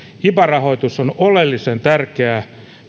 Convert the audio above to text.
iba rahoitus on oleellisen tärkeä